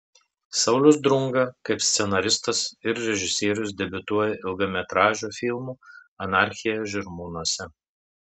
saulius drunga kaip scenaristas ir režisierius debiutuoja ilgametražiu filmu anarchija žirmūnuose